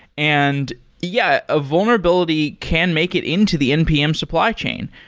and yeah, a vulnerability can make it into the npm supply chain.